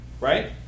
Right